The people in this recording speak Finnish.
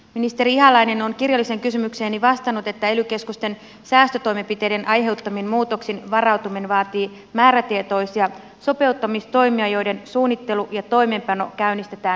ministeri ihalainen on kirjalliseen kysymykseeni vastannut että ely keskusten säästötoimenpiteiden aiheuttamiin muutoksiin varautuminen vaatii määrätietoisia sopeuttamistoimia joiden suunnittelu ja toimeenpano käynnistetään välittömästi